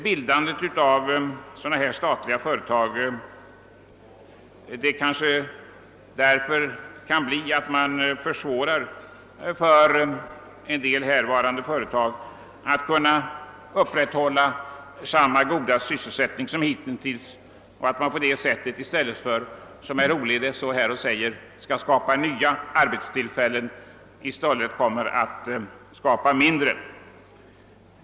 Bildandet av sådana här statliga företag kan kanske innebära att man försvårar för vissa svenska företag att upprätthålla samma goda sysselsättning som hitintilis och att man i stället för att skapa nya arbetstillfällen, som herr Olhede sade, skapar färre.